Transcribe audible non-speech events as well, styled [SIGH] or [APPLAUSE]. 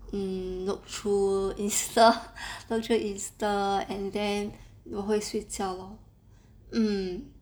um look through insta [LAUGHS] look through insta and then 我会睡觉 lor mm